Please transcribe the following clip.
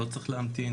לא צריך להמתין